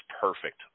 perfect